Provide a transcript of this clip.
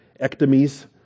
ectomies